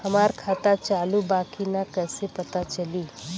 हमार खाता चालू बा कि ना कैसे पता चली?